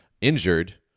injured